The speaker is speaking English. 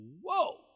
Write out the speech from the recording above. Whoa